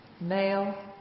male